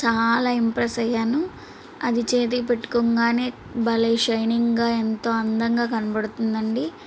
చాలా ఇంప్రెస్ అయ్యాను అది చేతికి పెట్టుకోగానే భలే షైనింగ్గా ఎంతో అందంగా కనబడుతుందండీ